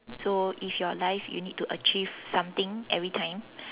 so if your life you need to achieve something every time